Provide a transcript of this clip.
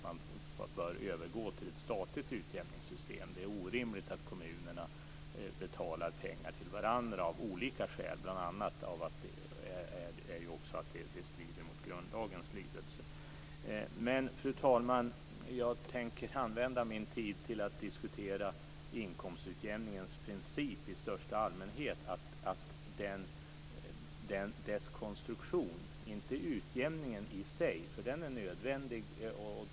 Man bör övergå till ett statligt utjämningssystem. Det är av olika skäl orimligt att kommunerna betalar pengar till varandra. Det strider bl.a. mot grundlagen. Fru talman! Jag tänker använda min tid till att diskutera inkomstutjämningens princip i största allmänhet. Det handlar om dess konstruktion, inte utjämningen i sig, eftersom den är nödvändig.